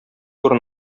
урын